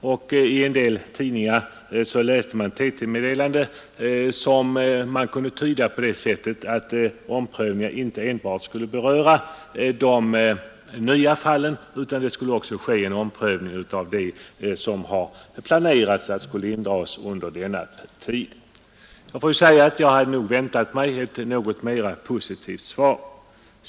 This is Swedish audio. I en del tidningar läste man ett TT-meddelande som man kunde tyda på det sättet att omprövningen inte enbart skulle beröra de nya fallen utan det skulle också ske en omprövning av det som SJ planerat skulle indras under denna tid. Jag måste säga att jag hade väntat mig ett något mera positivt svar.